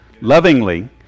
lovingly